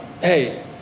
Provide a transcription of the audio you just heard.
hey